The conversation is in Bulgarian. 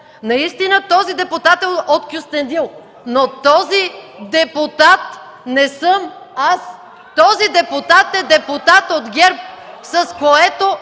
наистина този депутат е от Кюстендил, но този депутат не съм аз. Този депутат е депутат от ГЕРБ. (Силен